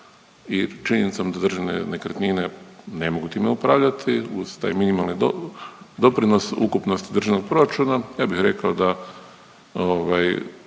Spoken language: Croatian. i činjenicom da Državne nekretnine ne mogu time upravljati uz taj minimalni doprinos ukupnosti državnog proračuna, ja bih rekao da